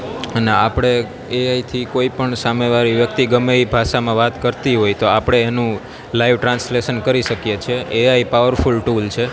અને આપણે એઆઈથી કોઈપણ સામે વારી વ્યક્તિ ગમે તે ભાષામાં વાત કરતી હોય તો આપણે એનું લાઈવ ટ્રાન્સલેસન કરી શકીએ છીએ એઆઈ પાવરફૂલ ટૂલ છે